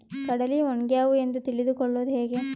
ಕಡಲಿ ಒಣಗ್ಯಾವು ಎಂದು ತಿಳಿದು ಕೊಳ್ಳೋದು ಹೇಗೆ?